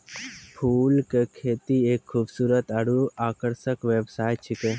फूल के खेती एक खूबसूरत आरु आकर्षक व्यवसाय छिकै